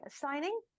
signing